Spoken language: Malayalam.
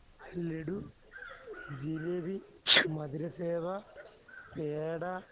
ലഡു ജിലേബി മധുര സേവ പേട